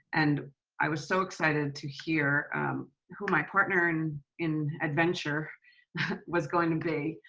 and i was so excited to hear who my partner in in adventure was going to be.